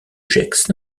gex